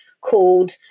called